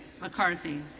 McCarthy